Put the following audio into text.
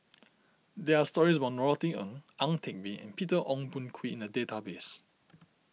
there are stories about Norothy Ng Ang Teck Bee and Peter Ong Boon Kwee in the database